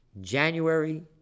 January